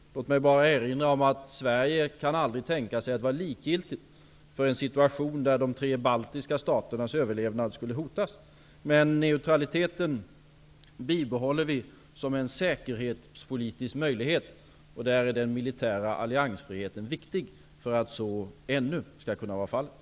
Låt mig bara erinra om att Sverige aldrig kan tänka sig att vara likgiltigt i en situation där de tre baltiska staternas överlevnad skulle hotas. Men neutraliteten bibehåller vi som en säkerhetspolitisk möjlighet, och där är den militära alliansfriheten viktig för att så ännu skall kunna vara fallet.